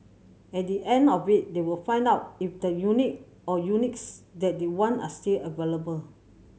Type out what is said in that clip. at the end of it they will find out if the unit or units that they want are still available